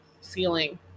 ceiling